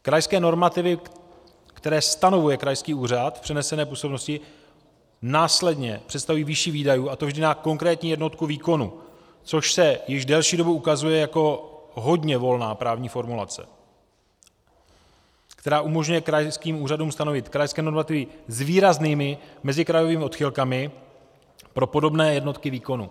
Krajské normativy, které stanovuje krajský úřad v přenesené působnosti, následně představují výši výdajů, a to vždy na konkrétní jednotku výkonu, což se již delší dobu ukazuje jako hodně volná právní formulace, která umožňuje krajským úřadům stanovit krajské normativy s výraznými mezikrajovými odchylkami pro podobné jednotky výkonu.